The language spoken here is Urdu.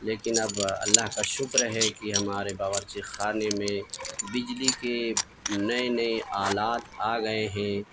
لیکن اب اللہ کا شکر ہے کہ ہمارے باورچی خانے میں بجلی کے نئے نئے آلات آ گئے ہیں